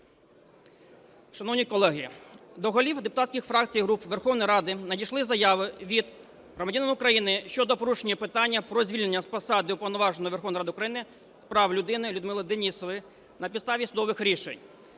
Шановні колеги, до голів депутатських фракцій і груп Верховної Ради надійшли заяви від громадян України щодо порушення питання про звільнення з посади Уповноваженого Верховної Ради України з прав людини Людмили Денісової на підставі судових рішень.